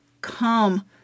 come